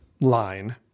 line